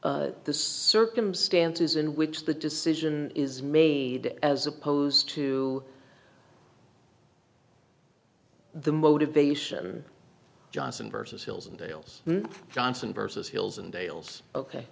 at the circumstances in which the decision is made as opposed to the motivation johnson versus hills and dales johnson versus hills and dales ok